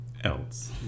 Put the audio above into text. else